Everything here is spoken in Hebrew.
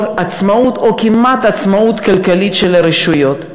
עצמאות או כמעט עצמאות כלכלית של הרשויות.